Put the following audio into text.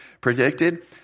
predicted